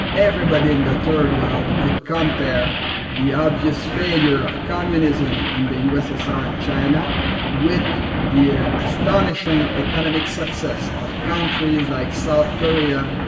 everybody in the third world could compare the obvious failure of communism in the ussr and china with the ah astonishing economic success of countries like south korea,